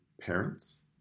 parents